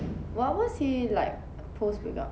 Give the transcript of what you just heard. what was he like post breakup